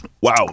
Wow